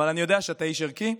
אבל אני יודע שאתה איש ערכי,